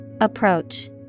Approach